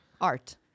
art